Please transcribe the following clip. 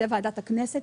זה ועדת הכנסת,